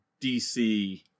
DC